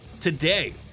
Today